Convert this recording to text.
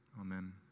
Amen